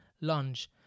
lunge